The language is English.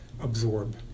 absorb